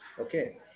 Okay